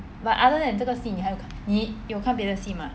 but other than 这个戏你还有你有看别的戏 mah